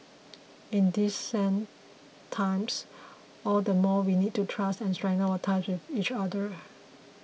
in these sad times all the more we need to trust and strengthen our ties with each other